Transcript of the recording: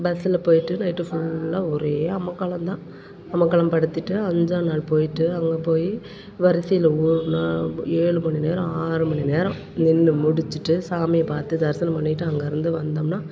பஸ்ஸில் போயிட்டு நைட்டு ஃபுல்லாக ஒரே அமர்க்களம் தான் அமர்க்களம் படுத்திட்டு அஞ்சா நாள் போயிட்டு அங்கே போய் வரிசையில் ஊறுனா ஏழு மணி நேரம் ஆறு மணி நேரம் நின்று முடிச்சிட்டு சாமியை பார்த்து தரிசனம் பண்ணிட்டு அங்கேருந்து வந்தோம்னா